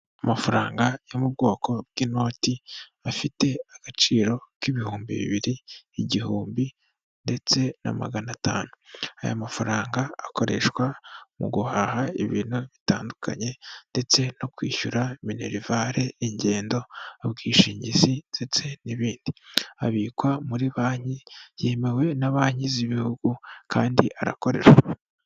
Amafaranga yo mu bwoko bw'inoti afite agaciro k'ibihumbi bibiri, igihumbi ,ndetse na magana atanu. Aya mafaranga akoreshwa mu guhaha ibintu bitandukanye ndetse no kwishyura minerivare ingendo, ubwishingizi ndetse n'ibindi. Abikwa muri banki yemewe na banki z'ibihugu kandi arakoreshwa.